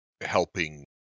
helping